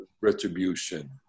retribution